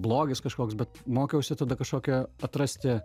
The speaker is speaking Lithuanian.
blogis kažkoks bet mokiausi tada kažkokio atrasti